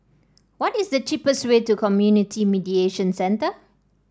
what is the cheapest way to Community Mediation Centre